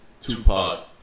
Tupac